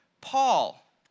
Paul